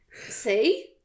See